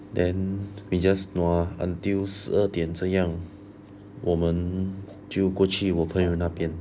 then we just nua until 十二点这样我们就过去我朋友那边